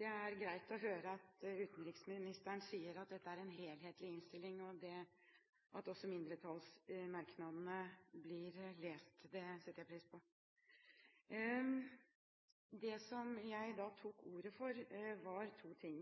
Det er greit å høre at utenriksministeren sier at dette er en helhetlig innstilling, slik at også mindretallsmerknadene blir lest. Det setter jeg pris på. Det jeg tok ordet for, er to ting.